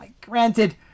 granted